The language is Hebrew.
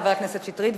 חבר הכנסת שטרית,